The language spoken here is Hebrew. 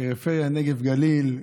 פריפריה, נגב וגליל.